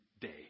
day